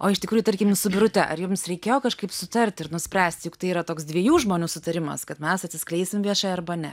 o iš tikrųjų tarkim su birute ar jums reikėjo kažkaip sutarti ir nuspręsti juk tai yra toks dviejų žmonių sutarimas kad mes atsiskleisim viešai arba ne